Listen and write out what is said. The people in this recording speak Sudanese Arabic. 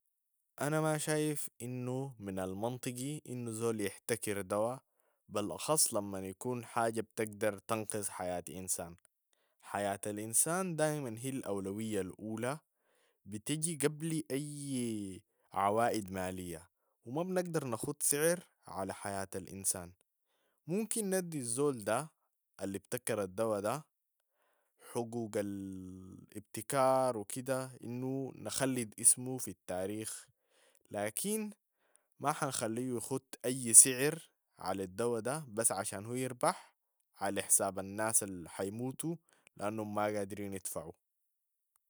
انا ما شايف انو من المنطقي انو زول يحتكر دواء بلاخص لما يكون حاجة بتقدر تنقذ حياة انسان. حياة انسان دايما هي الاولوية الاولى، بتجي قبل اي عوائد مالية و ما بنقدر نخت سعر على حياة الانسان. ممكن ندي الزول ده الابتكر الدواء ده حقوق الابتكار وكده، انو نخلد اسمه في التاريخ، لكن ما حنخليه يخت اي سعر على الدوة ده بس عشان هو يربح على حساب الناس الحيموتوا لانهم ما قادرين يدفعوا.